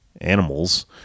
animals